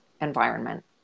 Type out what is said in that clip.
environment